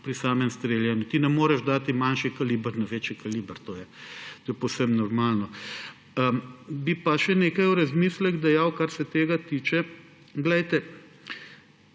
pri samem streljanju. Ti ne moreš dati manjši kaliber na večji kaliber. To je povsem normalno. Bi pa še nekaj v razmislek dejal, kar se tega tiče. Glejte,